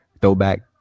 throwback